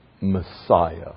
Messiah